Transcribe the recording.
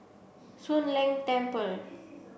Soon Leng Temple